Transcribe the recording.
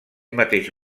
mateix